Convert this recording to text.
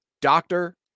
doctor